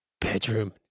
bedroom